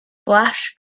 flash